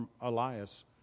Elias